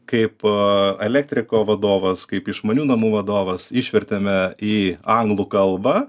kaipo elektriko vadovas kaip išmanių namų vadovas išvertėme į anglų kalbą